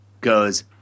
goes